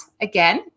again